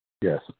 Yes